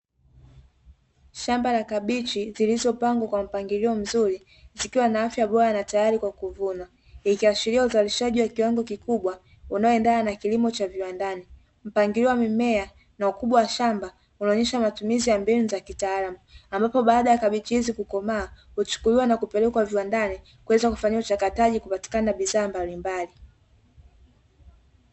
Shamba la kabichi zilizopangwa kwa mpangilio mzuri, zikiwa na afya bora na tayari kwa kuvuna. Ikiashiria uzalishaji wa kiwango kikubwa unaoendana na kilimo cha viwandani. Mpangilio wa mimea na ukubwa wa shamba unaonyesha matumizi ya mbinu za kitaalamu, ambapo baada ya kabichi hizi kukomaa, huchukuliwa na kupelekwa viwandani kuweza kufanyiwa ushakatishaji kupatikana bidhaa mbalimbali.